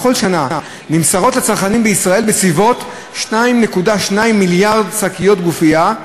בכל שנה נמסרות לצרכנים בישראל בסביבות 2.2 מיליארד שקיות גופייה,